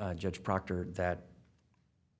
honor judge proctor that